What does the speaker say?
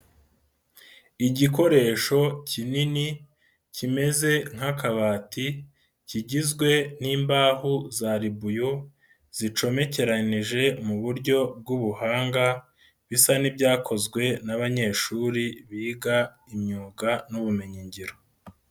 Igikoresho kinini kimeze nk'akabati, kigizwe n'imbaho za ribuyu zicomekeranije mu buryo bw'ubuhanga bisa n'ibyakozwe n'abanyeshuri biga imyuga n'ubumenyingiro.